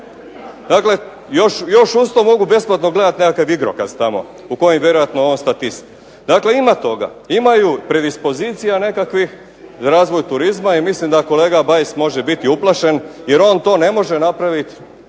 Dakle, još usto mogu besplatno gledat nekakav igrokaz tamo u kojem je vjerojatno on statist. Dakle ima toga, imaju predispozicija nekakvih za razvoj turizma i mislim da kolega Bajs može biti uplašen jer on to ne može napravit